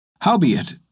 Howbeit